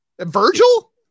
Virgil